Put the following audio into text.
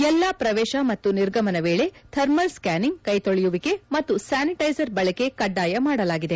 ಎಲ್ಲಾ ಪ್ರವೇಶ ಮತ್ತು ನಿರ್ಗಮನ ವೇಳಿ ಥರ್ಮಲ್ ಸ್ಕ್ಯಾನಿಂಗ್ ಕೈತೊಳೆಯುವಿಕೆ ಮತ್ತು ಸ್ಯಾನಿಟೈಸರ್ ಬಳಕೆ ಕಡ್ಡಾಯ ಮಾಡಲಾಗಿದೆ